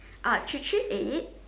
uh three three eight eight